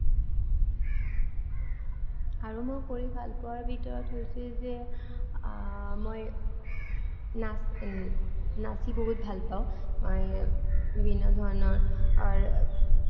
আৰু মই কৰি ভাল পোৱাৰ ভিতৰত হৈছে যে মই নাচি নাচি বহুত ভাল পাওঁ মই বিভিন্ন ধৰণৰ